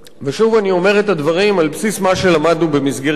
אני אומר את הדברים על בסיס מה שלמדנו במסגרת הדיונים,